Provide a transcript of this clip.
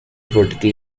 vertical